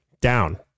Down